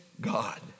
God